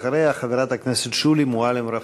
אחריה, חברת הכנסת שולי מועלם-רפאלי.